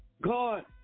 God